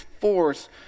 force